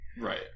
right